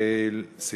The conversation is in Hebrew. לטענתו,